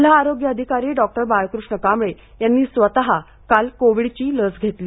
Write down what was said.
जिल्हा आरोग्य अधिकारी डॉक्टर बाळकृष्ण कांबळे यांनी स्वतः काल कोविडची लस घेतली